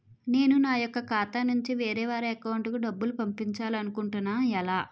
నేను నా యెక్క ఖాతా నుంచి వేరే వారి అకౌంట్ కు డబ్బులు పంపించాలనుకుంటున్నా ఎలా?